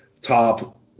top